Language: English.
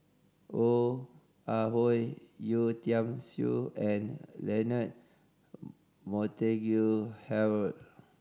Ong Ah Hoi Yeo Tiam Siew and Leonard Montague Harrod